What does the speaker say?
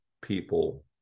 people